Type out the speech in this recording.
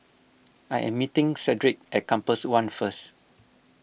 I am meeting Cedric at Compass one first